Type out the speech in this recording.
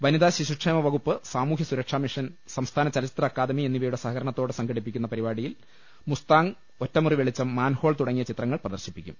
വനിത ശിശുക്ഷേമ വകുപ്പ് സാമൂഹൃ സുരക്ഷാ മിഷൻ സംസ്ഥാന ചലച്ചിത്ര അക്കാദമി എന്നിവയുടെ സഹകരണത്തോടെ സംഘടിപ്പി ക്കുന്ന പരിപാടിയിൽ മുസ്താങ് ഒറ്റമുറി വെളിച്ചു് മാൻഹോൾ തുട ങ്ങിയ ചിത്രങ്ങൾ പ്രദർശിപ്പിക്കും